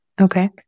Okay